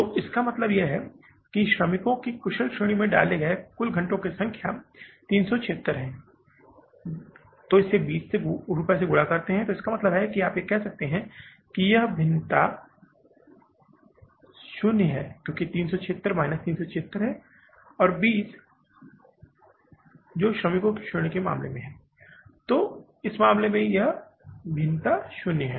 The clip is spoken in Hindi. तो इसका मतलब है कि श्रमिक की कुशल श्रेणी में डाले गए कुल घंटों की संख्या 376 है जो इसे 20 रुपये से गुणा कर रहा है तो इसका मतलब है कि आप कह सकते हैं कि यह भिन्नता 376 शून्य से 376 है 20 है जो कुशल श्रमिकों की श्रेणी के मामले में शून्य है